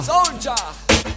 Soldier